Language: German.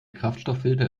kraftstofffilter